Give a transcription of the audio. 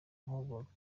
amahugurwa